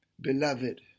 Beloved